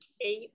eight